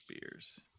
beers